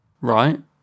Right